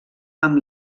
amb